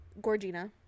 gorgina